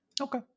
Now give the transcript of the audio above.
okay